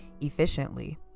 efficiently